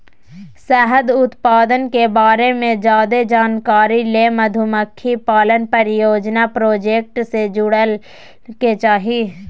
शहद उत्पादन के बारे मे ज्यादे जानकारी ले मधुमक्खी पालन परियोजना प्रोजेक्ट से जुड़य के चाही